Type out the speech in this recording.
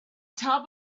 top